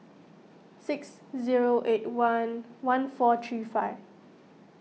six zero eight one one four three five